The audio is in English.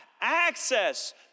access